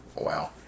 Wow